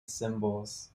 cymbals